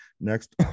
next